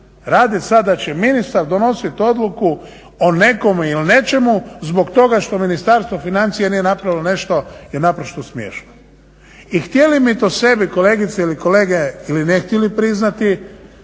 radit sad da će ministar donosit odluku o nekome ili o nečemu zbog toga što Ministarstvo financija nije napravilo nešto je naprosto smiješno. I htjeli mi to sebi kolegice ili kolege ili ne htjeli priznati